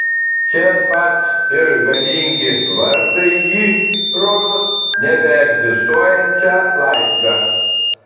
čia pat ir galingi vartai į rodos nebeegzistuojančią laisvę